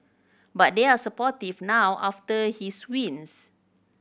but they are supportive now after his wins